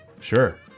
Sure